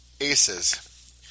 aces